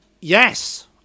Yes